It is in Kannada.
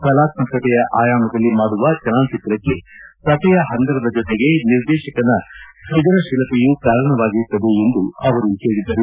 ಕಲಾತ್ಮಕತೆಯ ಆಯಾಮದಲ್ಲಿ ಮಾಡುವ ಚಲನಚಿತ್ರಕ್ಷೆ ಕಥೆಯ ಪಂದರದ ಜೊತೆಗೆ ನಿರ್ದೇಶಕನ ಸೃಜನಶೀಲತೆಯೂ ಕಾರಣವಾಗಿರುತ್ತದೆ ಎಂದು ಅವರು ಹೇಳಿದರು